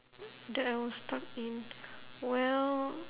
that I was stuck in well